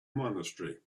monastery